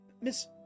Miss